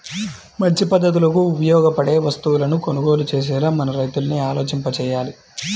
మంచి పద్ధతులకు ఉపయోగపడే వస్తువులను కొనుగోలు చేసేలా మన రైతుల్ని ఆలోచింపచెయ్యాలి